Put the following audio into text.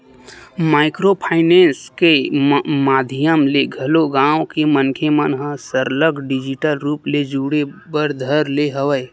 micro finance के माधियम ले घलो गाँव के मनखे मन ह सरलग डिजिटल रुप ले जुड़े बर धर ले हवय